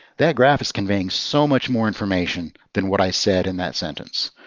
that graph is conveying so much more information than what i said in that sentence.